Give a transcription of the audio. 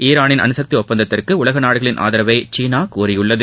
ஈரானின் அணுகக்தி ஒப்பந்தத்திற்கு உலக நாடுகளின் ஆதரவை சீனா கோரியுள்ளது